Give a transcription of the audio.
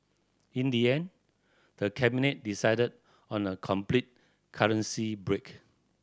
in the end the Cabinet decided on a complete currency break